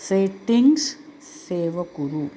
settings save कुरु